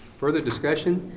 further discussion?